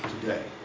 today